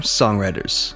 songwriters